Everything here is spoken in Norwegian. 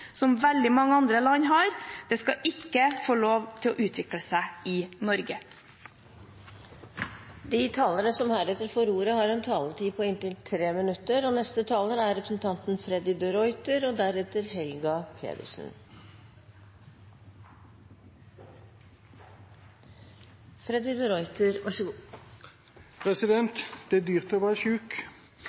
som veldig mange andre land har, ikke skal få lov til å utvikle seg i Norge. De talere som heretter får ordet, har en taletid på inntil 3 minutter. Det er dyrt å være